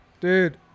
Dude